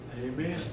Amen